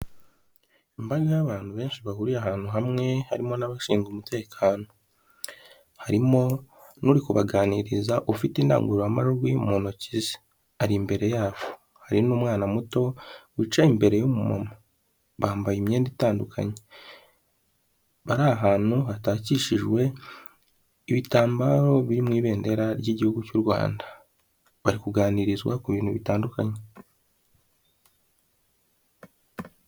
Imbaga y'abantu benshi bahuriye ahantu hamwe harimo n'abashinzwe umutekano. Harimo n'uri kubaganiriza ufite indangururamajwi mu ntoki ze, ari imbere yabo. Hari n'umwana muto wicaye imbere y'umumama, bambaye imyenda itandukanye. Bari ahantu hatakishijwe ibitambaro biri mu ibendera ry'igihugu cy'u Rwanda. Bari kuganirizwa ku bintu bitandukanye.